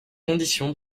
condition